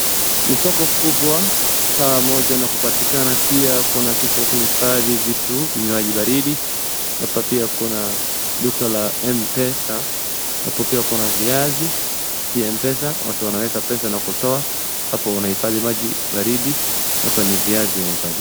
Ni soko kubwa pamoja na kupatikana pia kuwa na kitu kuhifadhi vitu, vinywaji baridi, hapa pia kuna duka la Mpesa, hapo pia kuna viazi, ni mpesa watu wanaweka pesa na kutoa. Hapo wanahifadhi maji baridi, hapa ni...